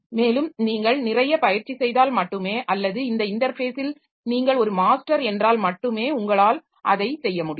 மேலும் நீங்கள் நிறைய பயிற்சி செய்தால் மட்டுமே அல்லது அந்த இன்டர்ஃபேஸில் நீங்கள் ஒரு மாஸ்டர் என்றால் மட்டுமே உங்களால் அதை செய்ய முடியும்